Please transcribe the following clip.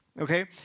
okay